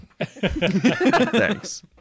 Thanks